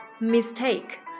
Mistake